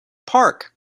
park